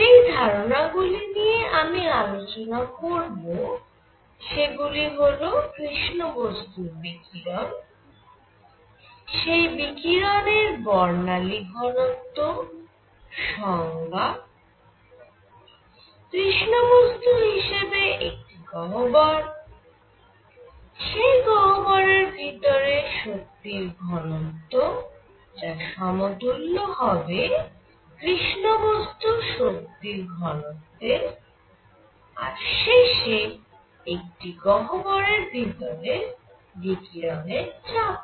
যেই ধারণা গুলি নিয়ে আমি আলোচনা করব সেগুলি হল কৃষ্ণ বস্তুর বিকিরণ সেই বিকিরণের বর্ণালী ঘনত্ব সংজ্ঞা কৃষ্ণ বস্তু হিসেবে একটি গহ্বর সেই গহ্বরের ভিতরে শক্তির ঘনত্ব যা সমতুল্য হবে কৃষ্ণ বস্তুর শক্তির ঘনত্বের আর শেষে একটি গহ্বরের ভিতরের বিকিরণের চাপের